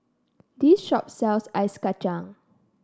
this shop sells Ice Kacang